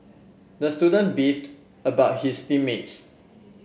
the student beefed about his team mates